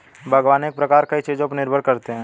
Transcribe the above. बागवानी के प्रकार कई चीजों पर निर्भर करते है